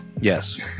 Yes